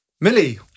Millie